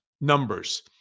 numbers